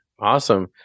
Awesome